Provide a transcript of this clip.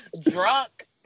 drunk